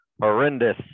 horrendous